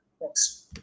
Thanks